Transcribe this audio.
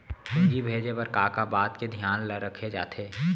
पूंजी भेजे बर का का बात के धियान ल रखे जाथे?